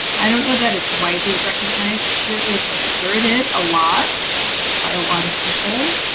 i don't know that it's widely recognized. it sure is asserted a lot by a lot of people.